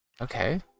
okay